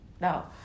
Now